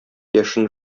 яшен